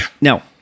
Now